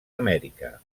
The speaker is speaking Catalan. amèrica